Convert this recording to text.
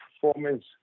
performance